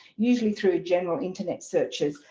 usually through general internet searches.